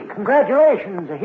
Congratulations